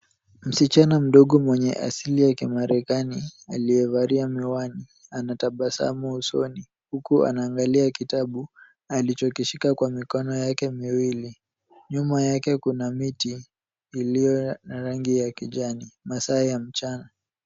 Msichana mdogo mwenye asili ya kimerikani aliyevalia miwani anatabasamu usoni huku anaangalia kitabu alichokishika kwa mikono yake miwili. Nyuma yake kuna miti iliyo na rangi ya kijani. Masaa ya mchana.